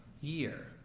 year